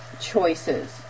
choices